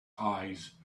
eyes